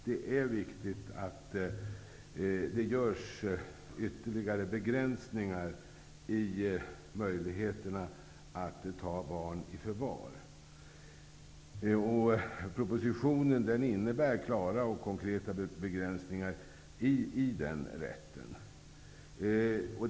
Det är viktigt att det görs ytterligare begränsningar i möjligheterna att ta barn i förvar. Propositionen innebär klara och konkreta begränsningar i den rätten.